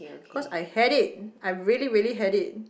cause I had it I really really had it